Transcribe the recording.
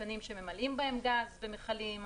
מתקנים שממלאים בהם גז במכלים,